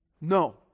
No